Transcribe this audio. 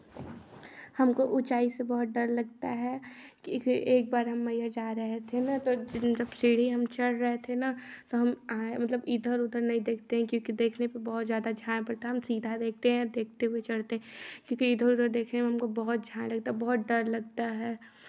हमको ऊंचाई से बहुत डर लगता है कि एक बार हम मैहर जा रहे थे ना तो जब सीढ़ी हम चढ़ रहे थे ना तो हम आए मतलब इधर उधर नहीं देखते हैं क्योंकि देखने पर बहुत ज़्यादा झायँ पड़ता है हम सीधा देखते हैं देखते हुए चढ़ते हैं क्योंकि इधर उधर देखने में हमको बहुत झायँ लगता है बहुत डर लगता है